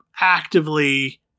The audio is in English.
actively